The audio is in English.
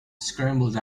scrambled